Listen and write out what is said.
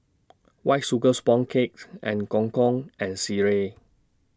White Sugar Sponge Cakes and Gong Gong and Sireh